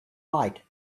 night